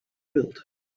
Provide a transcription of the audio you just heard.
built